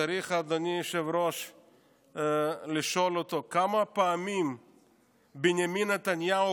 אדוני היושב-ראש צריך לשאול אותו כמה פעמים בנימין נתניהו